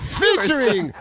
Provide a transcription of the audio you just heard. featuring